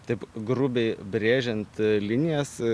taip grubiai brėžiant linijas